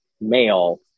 male